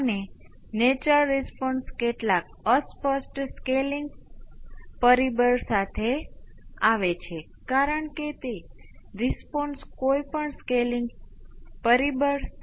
તેથી આપણે V c ની કિંમત વ્યાખ્યાયિત કરી છે જે આને સંતોષશે અને આપણે માની લઈએ છીએ કે આપણે t ના 0 થી વધારે માટે આને હલ કરીએ છીએ અને એમજ કરશું